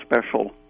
special